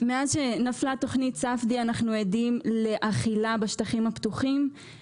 מאז שנפלה תוכנית ספדי אנחנו עדים ל"אכילה" בשטחים הפתוחים.